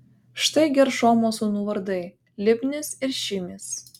štai geršomo sūnų vardai libnis ir šimis